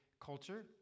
culture